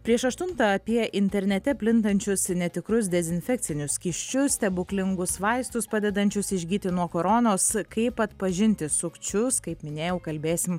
prieš aštuntą apie internete plintančius netikrus dezinfekciniu skysčius stebuklingus vaistus padedančius išgyti nuo koronos kaip atpažinti sukčius kaip minėjau kalbėsim